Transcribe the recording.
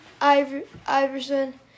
Iverson